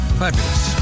fabulous